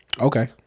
Okay